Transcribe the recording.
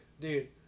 Dude